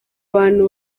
bantu